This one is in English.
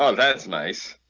ah that's nice.